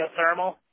geothermal